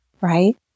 Right